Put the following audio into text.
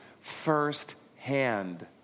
firsthand